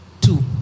Two